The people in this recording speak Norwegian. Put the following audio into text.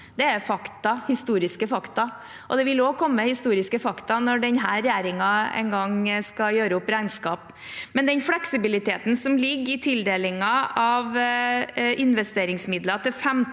fakta, historiske fakta, og det vil også komme historiske fakta når denne regjeringen en gang skal gjøre opp regnskap. Men den fleksibiliteten som ligger i tildelin gen av investeringsmidler til 1